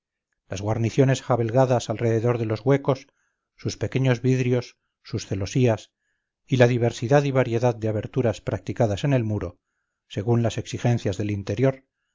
las guarniciones jalbegadas alrededor de los huecos sus pequeños vidrios sus celosías y la diversidad y variedad de aberturas practicadas en el muro según las exigencias del interior